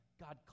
God